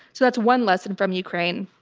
so that's one lesson from ukraine.